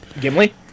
Gimli